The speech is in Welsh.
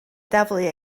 daflu